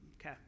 okay